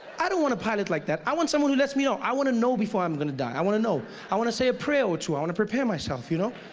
i don't want a pilot like that, i want someone who lets me know. i want to know before i'm going to die, i want to know i want to say a prayer or two, i want to prepare my self you know.